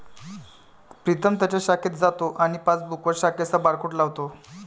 प्रीतम त्याच्या शाखेत जातो आणि पासबुकवर शाखेचा बारकोड लावतो